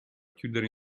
chiudere